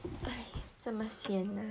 !aiya! 这么 sian ah